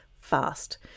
fast